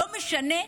לא משנה,